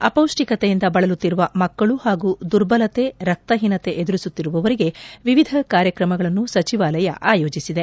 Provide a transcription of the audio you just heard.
ಅಪೌಷ್ಟಿಕತೆಯಿಂದ ಬಳಲುತ್ತಿರುವ ಮಕ್ಕಳು ಹಾಗೂ ದುರ್ಬಲತೆ ರಕ್ತಹೀನತೆ ಎದುರಿಸುತ್ತಿರುವವರಿಗೆ ವಿವಿಧ ಕಾರ್ಯಕ್ರಮಗಳನ್ನು ಸಚಿವಾಲಯ ಆಯೋಜಿಸಿದೆ